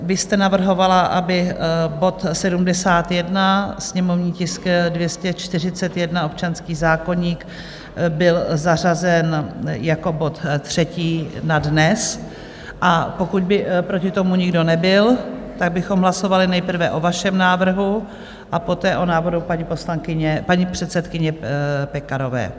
Vy jste navrhovala, aby bod 71, sněmovní tisk 241, občanský zákoník, byl zařazen jako bod třetí na dnes, a pokud by proti tomu nikdo nebyl, tak bychom hlasovali nejprve o vašem návrhu a poté o návrhu paní předsedkyně Pekarové.